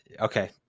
Okay